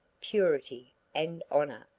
purity and honor.